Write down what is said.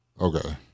Okay